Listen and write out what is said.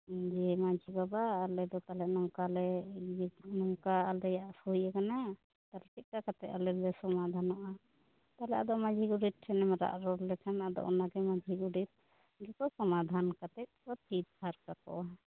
ᱡᱮ ᱢᱟᱺᱡᱷᱤ ᱵᱟᱵᱟ ᱟᱞᱮ ᱫᱚ ᱛᱟᱦᱚᱞᱮ ᱱᱚᱝᱠᱟᱞᱮ ᱱᱚᱝᱠᱟ ᱟᱞᱮᱭᱟᱜ ᱦᱩᱭᱟᱠᱟᱱᱟ ᱟᱨ ᱪᱮᱫᱞᱮᱠᱟ ᱠᱟᱛᱮ ᱟᱞᱮᱞᱮ ᱥᱚᱢᱟᱫᱷᱟᱱᱚᱜ ᱟ ᱛᱟᱦᱚᱞᱮ ᱟᱫᱚ ᱢᱟᱺᱡᱷᱤ ᱜᱚᱰᱮᱛ ᱴᱷᱮᱱᱮᱢ ᱨᱟᱜ ᱨᱚᱲ ᱞᱮᱠᱷᱟᱱ ᱟᱫᱚ ᱚᱱᱟᱜᱮ ᱢᱟᱡᱷᱤ ᱜᱚᱰᱮᱛ ᱜᱮᱠᱚ ᱥᱚᱢᱟᱫᱷᱟᱱ ᱠᱟᱛᱮᱫ ᱠᱚ ᱛᱷᱤᱨ ᱛᱷᱟᱨ ᱠᱟᱠᱚᱣᱟ